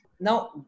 Now